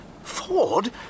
Ford